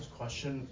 question